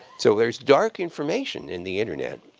so there's dark information in the internet.